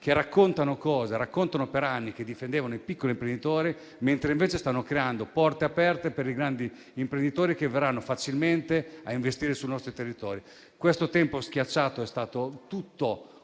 che per anni racconta di difendere i piccoli imprenditori, mentre invece stava creando porte aperte per i grandi imprenditori che verranno facilmente a investire sui nostri territorio. Questo tempo schiacciato è stato tutto costruito